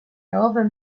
album